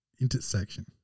intersection